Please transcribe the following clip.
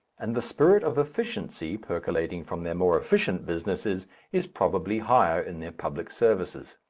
and the spirit of efficiency percolating from their more efficient businesses is probably higher in their public services.